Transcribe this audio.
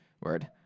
Word